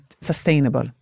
sustainable